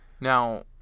Now